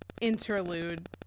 interlude